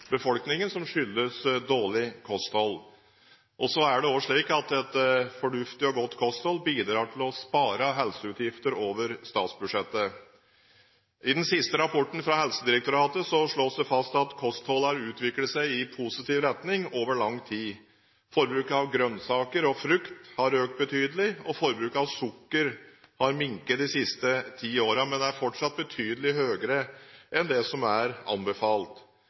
befolkningen. Et fornuftig og godt kosthold bidrar også til å spare helseutgifter over statsbudsjettet. I den siste rapporten fra Helsedirektoratet slås det fast at kostholdet har utviklet seg i positiv retning over lang tid. Forbruket av grønnsaker og frukt har økt betydelig. Forbruket av sukker har minket de siste ti årene, men det er fortsatt betydelig høyere enn det som er anbefalt.